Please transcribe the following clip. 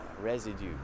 residue